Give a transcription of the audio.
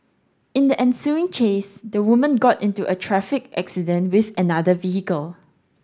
in the ensuing chase the woman got into a traffic accident with another vehicle